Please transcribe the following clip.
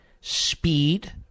speed